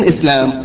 Islam